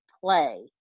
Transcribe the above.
play